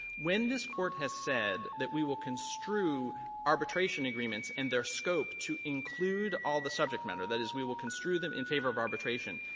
when this court has said that we will construe arbitration agreements and their scope to include all the subject matter, that is, we will construe them in favor of arbitration,